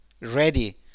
ready